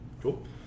Cool